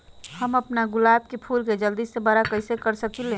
हम अपना गुलाब के फूल के जल्दी से बारा कईसे कर सकिंले?